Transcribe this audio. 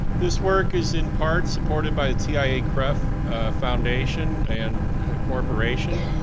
this work is in part supported by tiaa-cref foundation and corporation.